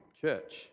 church